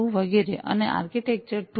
2 વગેરે અને આર્કિટેક્ચર 2 2